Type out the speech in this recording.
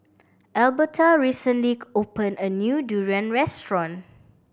Alberta recently opened a new durian restaurant